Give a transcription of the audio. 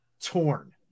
torn